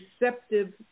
receptive